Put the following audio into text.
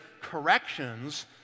corrections